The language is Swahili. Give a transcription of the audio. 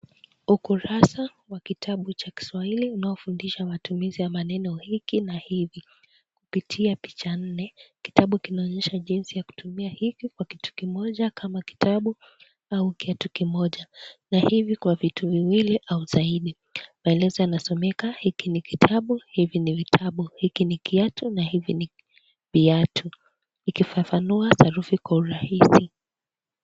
Ukurasa wa kitabu cha kiswahili unaofundisha matumizi ya maneno hiki na hivi. Kupitia picha nne, kitabu kimeonyesha jinsi ya kutumia hiki kwa kitu kimoja kama kitabu au kiatu kimoja, na hivi kwa vitu viwili au zaidi. Maeleza yanasomeka hiki ni kitabu hivi ni vitabu, hiki ni kiatu na hivi viatu. Ikifafanua sarufi kwa urahisi.